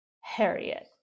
Harriet